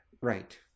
Right